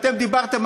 אתם דיברתם,